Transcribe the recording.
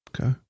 Okay